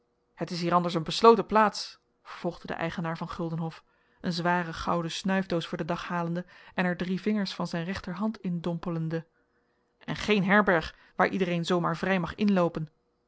het is hier anders een besloten plaats vervolgde de eigenaar van guldenhof een zware gouden snuifdoos voor den dag halende en er drie vingers van zijn rechterhand in dompelende en geen herberg waar iedereen zoo maar vrij mag inloopen